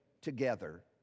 together